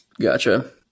Gotcha